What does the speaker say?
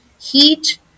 Heat